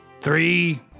three